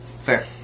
Fair